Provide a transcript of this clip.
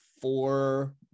four